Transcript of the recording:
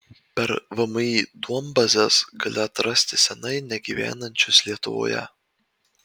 per vmi duombazes gali atrasti senai negyvenančius lietuvoje